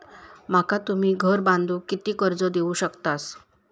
माका तुम्ही घर बांधूक किती कर्ज देवू शकतास?